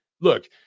look